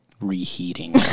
reheating